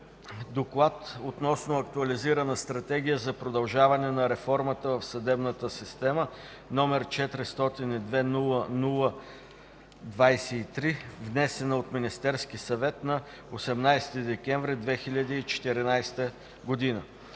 да одобри Актуализираната стратегия за продължаване на реформата в съдебната система, № 402-00-23, внесена от Министерския съвет на 18 декември 2014 г.”